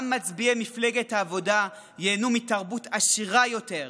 גם מצביעי מפלגת העבודה ייהנו מתרבות עשירה יותר,